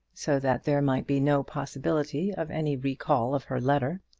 so that there might be no possibility of any recall of her letter,